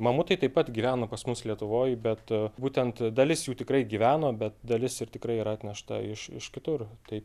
mamutai taip pat gyveno pas mus lietuvoj bet būtent dalis jų tikrai gyveno bet dalis ir tikrai yra atnešta iš iš kitur tai